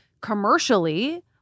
commercially